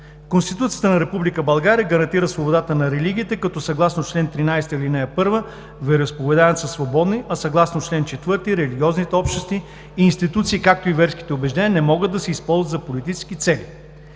Конституцията на Република България гарантира свободата на религиите, като съгласно чл. 13, ал. 1 вероизповеданията са свободни, а съгласно чл. 4 религиозните общности, институции, както и верските убеждения не могат да се използват за политически цели.